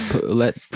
Let